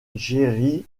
jerry